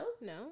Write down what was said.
no